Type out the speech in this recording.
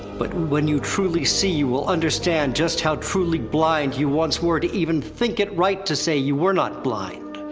but when you truly see, you will understand just how truly blind you once were to even think it right to say you were not blind!